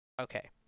Okay